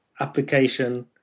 application